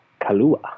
Kalua